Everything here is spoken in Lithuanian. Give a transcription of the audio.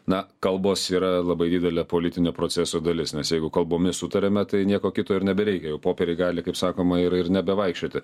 na kalbos yra labai didelė politinio proceso dalis nes jeigu kalbomis sutariame tai nieko kito ir nebereikia jau popieriai gali kaip sakoma ir ir nebevaikščioti